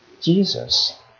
Jesus